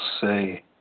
say